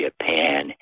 Japan